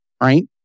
right